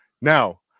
Now